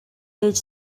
ээж